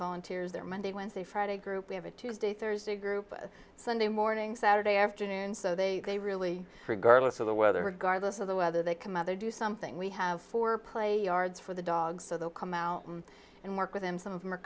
volunteers there monday wednesday friday group we have a tuesday thursday group sunday and morning saturday afternoon so they they really regardless of the weather regardless of the weather they can mother do something we have for play yards for the dogs so they'll come out and work with them some of them are